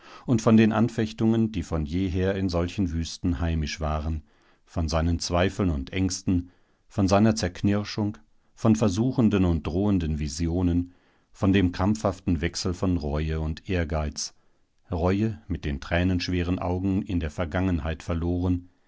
und von den anfechtungen die von jeher in solchen wüsten heimisch waren von seinen zweifeln und ängsten von seiner zerknirschung von versuchenden und drohenden visionen von dem krampfhaften wechsel von reue und ehrgeiz reue mit den tränenschweren augen in der vergangenheit verloren